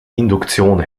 induktion